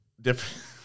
different